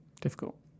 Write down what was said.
Difficult